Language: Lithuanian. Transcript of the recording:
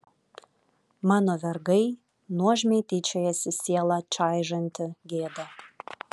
mano vergai nuožmiai tyčiojasi sielą čaižanti gėda